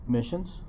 Missions